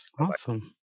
Awesome